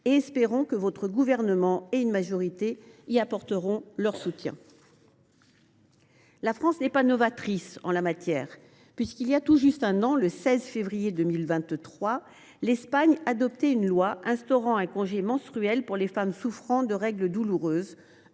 espérons que le Gouvernement et une majorité de parlementaires y apporteront leur soutien. La France n’est pas novatrice en la matière, puisque voilà tout juste un an, le 16 février 2023, l’Espagne adoptait une loi instaurant un congé menstruel pour les femmes souffrant de règles douloureuses